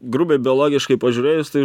grubiai biologiškai pažiūrėjus tai